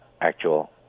actual